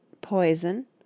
POISON